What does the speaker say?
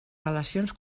relacions